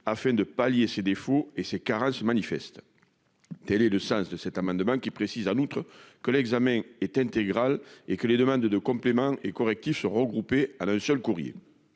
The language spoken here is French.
afin de pallier ses défauts et ses carences manifestes. Tel est le sens de cet amendement, qui vise en outre à préciser que l'examen est intégral et que les demandes de complément et correctifs sont regroupées en un seul courrier.